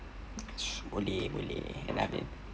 boleh boleh